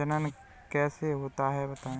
जनन कैसे होता है बताएँ?